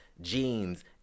jeans